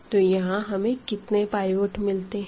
तो यहां हमें कितने पाइवट मिलते हैं